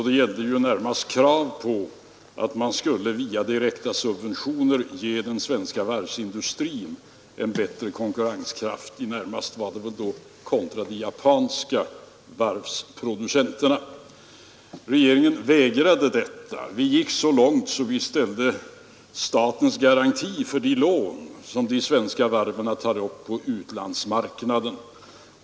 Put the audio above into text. Då gällde det närmast krav på att man skulle via direkta subventioner ge den svenska varvsindustrin en bättre konkurrenskraft. Det gällde då i första hand kontra de japanska varvsproducenterna. Regeringen vägrade detta. Vi gick så långt att vi ställde statlig garanti för de lån som de svenska varven tog upp på utlandsmarknaden.